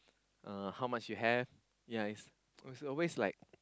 uh how much you have ya is is always like